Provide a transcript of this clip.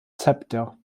zepter